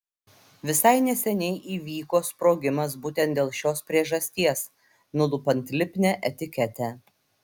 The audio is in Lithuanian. visai neseniai įvyko sprogimas būtent dėl šios priežasties nulupant lipnią etiketę